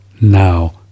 now